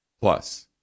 Plus